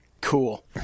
Cool